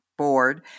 Board